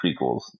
prequels